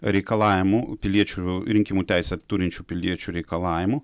reikalavimų piliečių rinkimų teisę turinčių piliečių reikalavimų